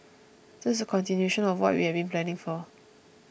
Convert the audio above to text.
this is a continuation of what we had been planning for